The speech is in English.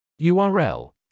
url